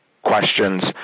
Questions